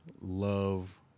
love